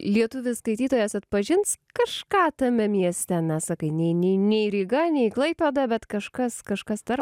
lietuvis skaitytojas atpažins kažką tame mieste nes sakai nei nei nei ryga nei klaipėda bet kažkas kažkas tarp